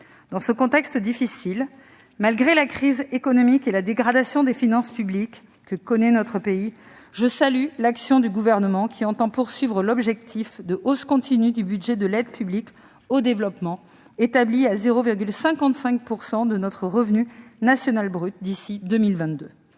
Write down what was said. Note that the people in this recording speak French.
Dans ce contexte difficile, malgré la crise économique et la dégradation des finances publiques que connaît notre pays, je salue l'action du Gouvernement, qui entend viser l'objectif de hausse continue du budget de l'aide publique au développement établi à 0,55 % de notre revenu national brut d'ici à 2022.